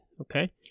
okay